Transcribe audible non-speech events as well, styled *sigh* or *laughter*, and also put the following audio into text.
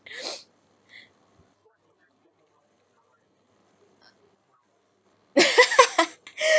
*noise* *laughs*